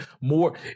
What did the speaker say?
more